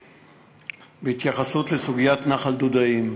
1. בהתייחסות לסוגיית נחל דודאים,